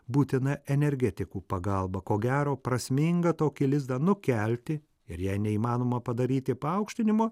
būtina energetikų pagalba ko gero prasminga tokį lizdą nukelti ir jei neįmanoma padaryti paaukštinimo